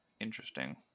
interesting